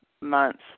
months